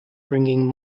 bringing